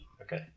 Okay